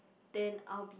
then I'll be